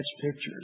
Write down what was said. pictures